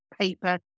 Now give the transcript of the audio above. paper